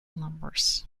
numbers